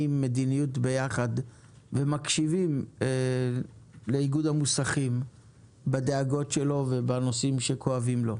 מדיניות ביחד ומקשיבים לאיגוד המוסכים בדאגות שלו ובנושאים שכואבים לו.